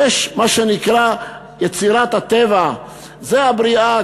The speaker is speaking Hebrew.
יש מה שנקרא "יצירת הטבע", זו הבריאה,